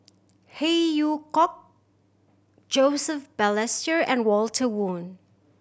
Phey Yew Kok Joseph Balestier and Walter Woon